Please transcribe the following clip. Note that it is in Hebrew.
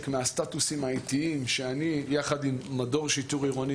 מהסטטוסים שאני יחד עם מדור שיטור עירוני,